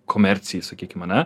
komercijai sakykim ane